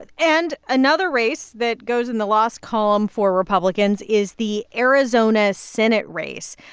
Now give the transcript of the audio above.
and and another race that goes in the loss column for republicans is the arizona senate race.